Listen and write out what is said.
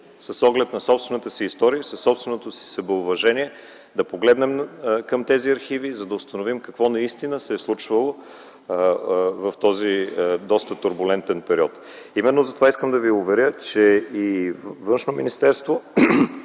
с оглед на собствената си история, със собственото си себеуважение да погледнем към тези архиви, за да установим какво наистина се е случвало в този доста турболентен период. Именно затова искам да Ви уверя, че и Външно министерство,